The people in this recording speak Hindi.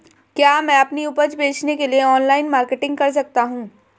क्या मैं अपनी उपज बेचने के लिए ऑनलाइन मार्केटिंग कर सकता हूँ?